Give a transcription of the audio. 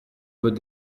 veut